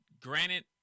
granted